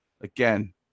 again